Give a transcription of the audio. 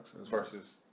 Versus